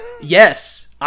Yes